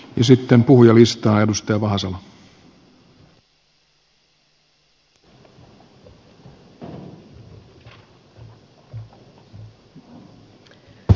ja sitten puhujalistaan